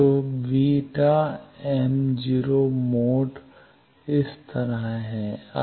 तो βm0 mode इस तरह है